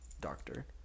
Doctor